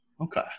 Okay